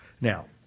Now